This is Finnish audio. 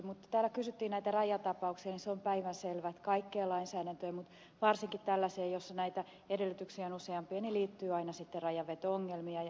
mutta kun täällä kysyttiin näistä rajatapauksista niin se on päivänselvä että kaikkeen lainsäädäntöön mutta varsinkin tällaisiin joissa näitä edellytyksiä on useampia liittyy aina sitten rajanveto ongelmia ja ennakkotapausongelmia